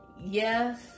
yes